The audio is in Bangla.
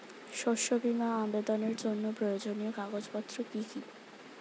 শস্য বীমা আবেদনের জন্য প্রয়োজনীয় কাগজপত্র কি কি?